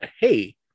hey